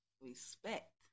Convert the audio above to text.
respect